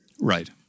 Right